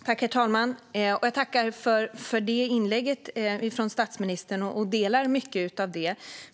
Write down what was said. Herr talman! Jag tackar för det inlägget från statsministern, som jag i mycket instämmer i.